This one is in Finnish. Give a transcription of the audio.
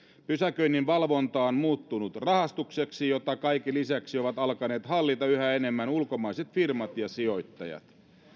pysäköinninvalvonta on muuttunut rahastukseksi jota kaiken lisäksi ovat alkaneet hallita yhä enemmän ulkomaiset firmat ja sijoittajat